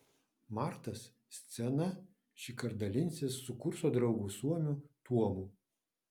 mantas scena šįkart dalinsis su kurso draugu suomiu tuomu